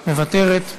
מוותרת,